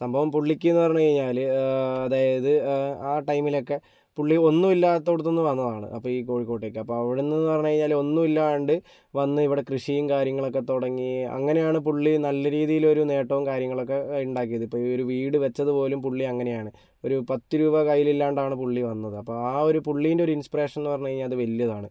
സംഭവം പുള്ളിക്ക് എന്ന് പറഞ്ഞ് കഴിഞ്ഞാൽ അതായത് ആ ടൈമിലൊക്കെ പുള്ളി ഒന്നും ഇല്ലാത്തിടത്തു നിന്ന് വന്നതാണ് അപ്പോൾ ഈ കോഴിക്കോട്ടേക്ക് അപ്പോൾ അവിടെ നിന്നെന്ന് പറഞ്ഞ് കഴിഞ്ഞാൽ ഒന്നും ഇല്ലാണ്ട് വന്ന് ഇവിടെ കൃഷിയും കാര്യങ്ങളൊക്കെ തുടങ്ങി അങ്ങനെയാണ് പുള്ളി നല്ല രീതിയിലൊരു നേട്ടവും കാര്യങ്ങളൊക്കെ ഉണ്ടാക്കിയത് ഇപ്പോൾ ഈ ഒരു വീട് വെച്ചത് പോലും പുള്ളി അങ്ങനെയാണ് ഒരു പത്ത് രൂപ കയ്യിലില്ലാണ്ടാണ് പുള്ളി വന്നത് അപ്പോൾ ആ ഒരു പുള്ളീൻ്റെ ഒരു ഇൻസ്പിറേഷൻ എന്ന് പറഞ്ഞ് കഴിഞ്ഞാൽ അത് വലിയതാണ്